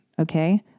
Okay